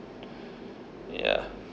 ya